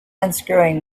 unscrewing